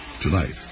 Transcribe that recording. Tonight